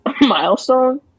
milestone